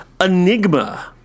Enigma